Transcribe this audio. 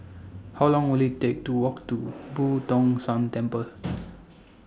How Long Will IT Take to Walk to Boo Tong San Temple